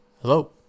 Hello